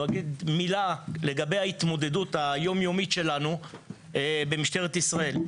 לא אגיד מילה לגבי ההתמודדות היומיומית שלנו במשטרת ישראל.